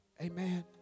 Amen